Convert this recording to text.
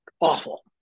awful